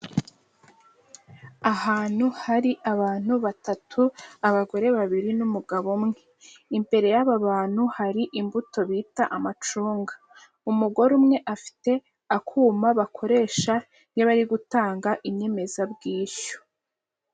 Ahantu hari abantu batatu abagore babiri n'umugabo umwe, imbere y'aba bantu hari imbuto bita amacunga, umugore umwe afite akuma bakoresha iyo bari gutanga inyemezabwishyu.